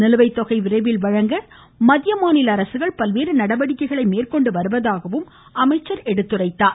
நிலுவைத்தொகை விரைவில் வழங்குவதற்கு மத்திய மாநில அரசுகள் பல்வேறு நடவடிக்கைகள் மேற்கொண்டு வருவதாகவும் அமைச்சர் தெரிவித்தார்